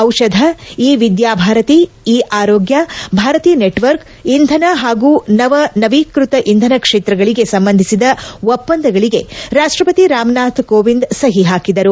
ದಿಷಧ e Vidyabharati e Arogya Bharati network ಇಂಧನ ಪಾಗೂ ನವ ನವೀಕೃತ ಇಂಧನ ಕ್ಷೇತ್ರಗಳಿಗೆ ಸಂಬಂಧಿಸಿದ ಒಪ್ಪಂದಗಳಿಗೆ ರಾಷ್ಟಪತಿ ರಾಮನಾಥ್ ಕೋವಿಂದ್ ಸಹಿ ಹಾಕಿದರು